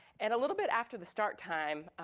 and a little bit after the start time,